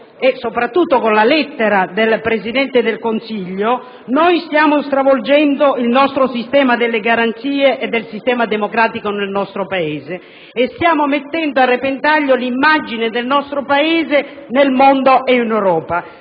e soprattutto con la lettera del Presidente del Consiglio, stiamo stravolgendo il nostro sistema di garanzie e il nostro sistema democratico e stiamo mettendo a repentaglio l'immagine del nostro Paese nel mondo e in Europa,